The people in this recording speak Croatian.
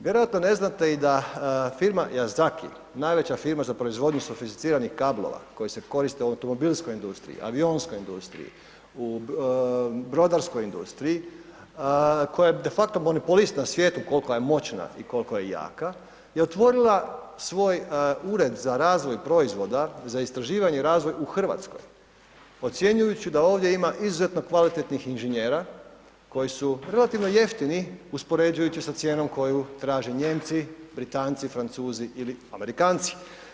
Vjerojatno ne znate i da firma Yazaki, najveća firma za proizvodnju sofisticiranih kablova koji se koriste u automobilskoj industriji, avionskoj industriji, u brodarskoj industriji, koja je de facto monopolist u svijetu koliko je moćna i koliko je jaka je otvorila svoj ured za razvoj proizvoda za istraživanje i razvoj u Hrvatskoj ocjenjujući da ovdje ima izuzetno kvalitetnih inženjera koji su relativno jeftini uspoređujući sa cijenom koju traže Nijemci, Britanci, Francuzi ili Amerikanci.